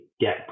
get